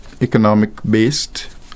economic-based